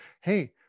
hey